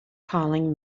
calling